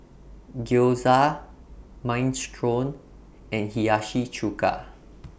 Gyoza Minestrone and Hiyashi Chuka